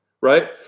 Right